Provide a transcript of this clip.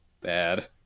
Bad